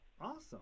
awesome